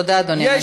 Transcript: תודה, אדוני.